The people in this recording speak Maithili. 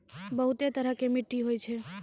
बहुतै तरह के मट्टी होय छै